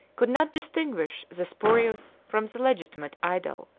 could not distinguish the spurious, from the legitimate, idol.